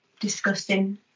disgusting